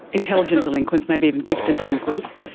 intelligent delinquents, maybe even gifted delinquents.